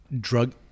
drug